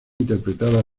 interpretada